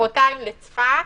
מוחרתיים לצפת?